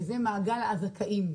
על מעגל הזכאים.